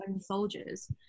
soldiers